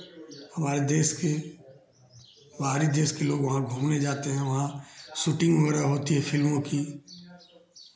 हमारे देश के बाहरी देश के लोग वहाँ घूमने जाते हैं वहाँ शूटिंग वगैरह होती है फिल्मों की